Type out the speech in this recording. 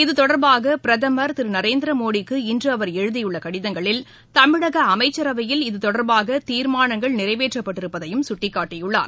இதுதொடர்பாக பிரதமர் திரு நரேந்திர மோடிக்கு இன்று அவர் எழுதியுள்ள கடிதங்களில் தமிழக அமைச்சரவையில் இதுதொடர்பாக தீர்மானங்கள் நிறைவேற்றப்பட்டிருப்பதையும் சுட்டிக்காட்டியுள்ளார்